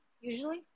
usually